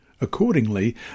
Accordingly